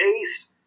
Ace